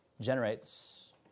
generates